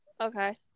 Okay